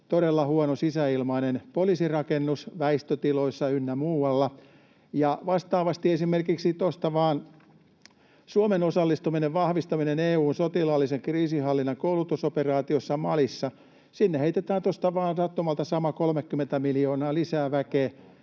todella sisäilmaltaan huono poliisirakennus väistötiloissa ynnä muualla. Vastaavasti esimerkiksi Suomen osallistumisen vahvistamiseen EU:n sotilaallisen kriisinhallinnan koulutusoperaatioon Malissa heitetään tuosta vain sattumalta sama 30 miljoonaa euroa,